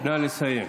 נא לסיים.